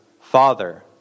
Father